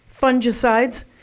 fungicides